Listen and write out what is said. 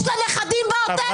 יש לה נכדים בעוטף,